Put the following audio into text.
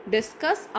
Discuss